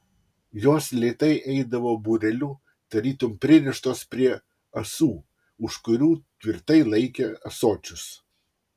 jos lėtai eidavo būreliu tarytum pririštos prie ąsų už kurių tvirtai laikė ąsočius